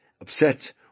upset